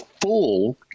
full